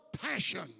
passion